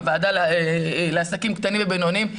בוועדה לעסקים קטנים ובינוניים.